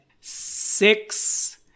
six